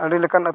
ᱟᱹᱰᱤᱞᱮᱠᱟᱱ